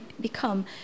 become